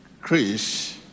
Chris